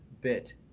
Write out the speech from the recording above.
bit